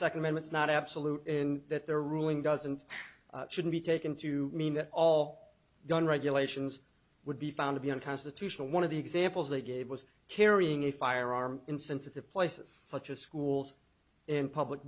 second amendment's not absolute in that their ruling doesn't should be taken to mean that all gun regulations would be found to be unconstitutional one of the examples they gave was carrying a firearm in sensitive places such as schools in public